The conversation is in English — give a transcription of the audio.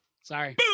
Sorry